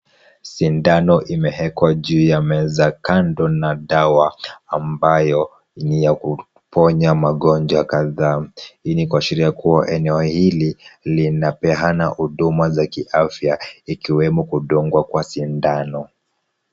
Sindano imewekwa juu ya meza kando na dawa ambayo ni ya kuponya magonjwa kadhaa. Hili ni kuashiria kuwa eneo hili, linapeana huduma za kiafya, ikiwemo kudungwa kwa sindano.